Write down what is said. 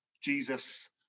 Jesus